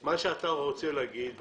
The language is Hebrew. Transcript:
מה שאתה רוצה להגיד,